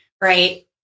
right